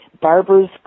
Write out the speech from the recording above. Barbers